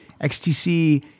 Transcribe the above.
XTC